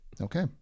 Okay